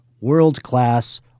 world-class